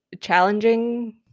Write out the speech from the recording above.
challenging